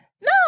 No